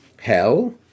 hell